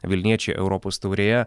vilniečiai europos taurėje